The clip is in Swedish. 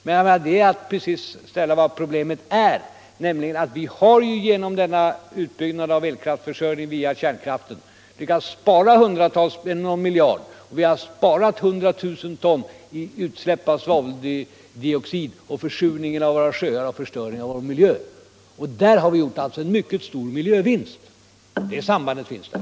Men det är bara att precis ställa fram problemet sådant det är, nämligen att vi genom utbyggnaden av elkraftförsörjningen via kärnkraften har lyckats spara någon miljard, och vi har nedbringat utsläppen av svaveldioxid med några hundra tusen ton och därmed förhindrat försurningen av våra sjöar och förstöring av vår miljö. Där har vi alltså gjort en mycket stor miljövinst. Det är det sambandet som föreligger.